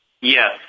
Yes